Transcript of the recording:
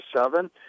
seven